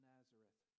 Nazareth